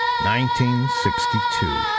1962